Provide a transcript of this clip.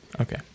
okay